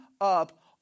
up